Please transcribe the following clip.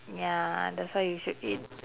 ya that's why you should eat